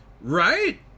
Right